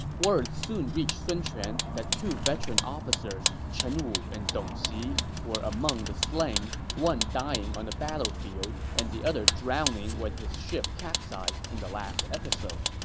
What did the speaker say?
word soon reached sun quan that two veteran officers, chen wu and dong xi, were among the slain, one dying on the battlefield and the other drowning when his ship capsized in the last episode.